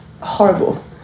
horrible